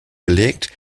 gelegt